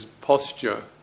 posture